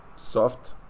Soft